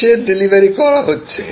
কিসের ডেলিভারি করা হচ্ছে